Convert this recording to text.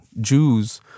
Jews